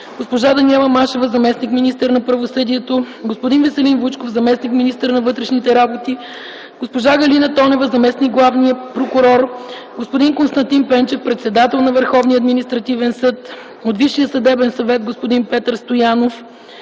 госпожа Даниела Машева – заместник-министър на правосъдието, господин Веселин Вучков – заместник-министър на вътрешните работи, госпожа Галина Тонева – заместник на главния прокурор, господин Константин Пенчев – председател на Върховния административен съд, от Висшия съдебен съвет – господин Петър Стоянов,